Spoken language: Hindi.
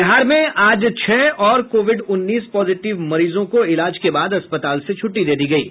बिहार में आज छह और कोविड उन्नीस पॉजिटिव मरीजों को इलाज के बाद अस्पताल से छुट्टी दे दी गयी